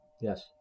yes